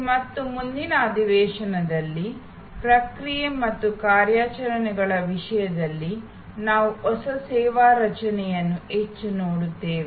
ಈ ಮತ್ತು ಮುಂದಿನ ಅಧಿವೇಶನದಲ್ಲಿ ಪ್ರಕ್ರಿಯೆ ಮತ್ತು ಕಾರ್ಯಾಚರಣೆಗಳ ವಿಷಯದಲ್ಲಿ ನಾವು ಹೊಸ ಸೇವಾ ರಚನೆಯನ್ನು ಹೆಚ್ಚು ನೋಡುತ್ತೇವೆ